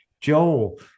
Joel